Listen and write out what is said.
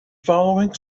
following